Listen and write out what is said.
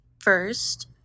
first